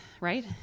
right